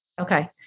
Okay